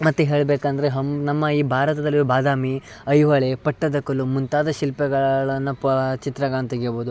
ಮತ್ತು ಹೇಳಬೇಕಂದ್ರೆ ಹಮ್ ನಮ್ಮ ಈ ಭಾರತದಲ್ಲಿರುವ ಬಾದಾಮಿ ಐಹೊಳೆ ಪಟ್ಟದಕಲ್ಲು ಮುಂತಾದ ಶಿಲ್ಪಗಳನ್ನು ಪಾ ಚಿತ್ರಗಳನ್ನು ತೆಗೆಯಬೌದು